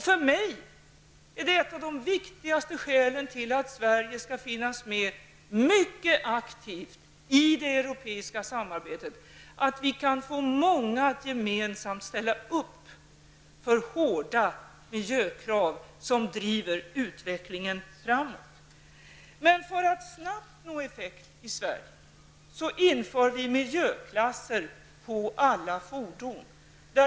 För mig är ett av de viktigaste skälen till att Sverige mycket aktivt skall detta i det europeiska samarbetet att vi kan få många att gemensamt ställa upp för hårda miljökrav som driver utvecklingen framåt. För att snabbt nå effekt i Sverige inför vi miljöklasser på alla fordon.